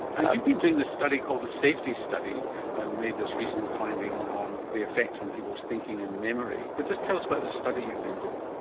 you've been doing this study called the safety study and made this recent finding on the effect on people's thinking and memory, but just tell us about this study you've been doing.